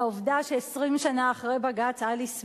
והעובדה ש-20 שנה אחרי בג"ץ אליס מילר,